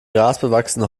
grasbewachsene